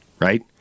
right